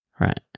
right